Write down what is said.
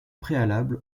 préalable